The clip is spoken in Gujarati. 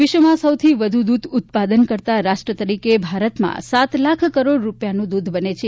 વિશ્વમાં સૌથી વધુ દૂધ ઉત્પાદન કરતાં રાષ્ટ્ર તરીકે ભારતમાં સાત લાખ કરોડ રૂપિયાનું દૂધ બને છે